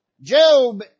Job